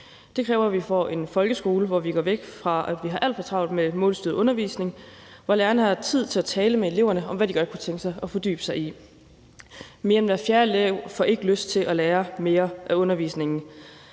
Det kræver, at vi får en folkeskole, hvor vi går væk fra at have alt for travlt med målstyret undervisning, og hvor lærerne har tid til at tale med eleverne om, hvad de godt kunne tænke sig at fordybe sig i. Mere end hver fjerde elev får ikke lyst til at lære mere af undervisningen.